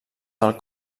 del